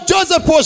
Joseph